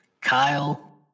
kyle